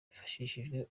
hifashishijwe